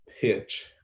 pitch